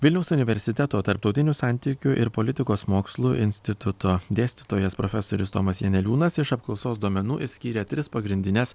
vilniaus universiteto tarptautinių santykių ir politikos mokslų instituto dėstytojas profesorius tomas janeliūnas iš apklausos duomenų išskyrė tris pagrindines